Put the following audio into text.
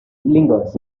lingers